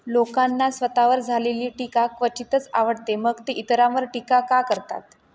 लोकांना स्वतःवर झालेली टीका क्वचितच आवडते मग ते इतरांवर टीका का करतात